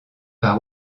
par